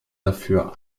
dafür